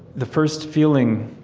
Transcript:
the first feeling